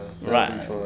right